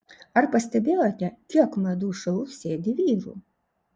ar pastebėjote kiek madų šou sėdi vyrų